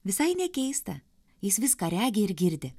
visai nekeista jis viską regi ir girdi